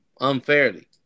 Unfairly